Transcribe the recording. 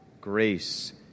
grace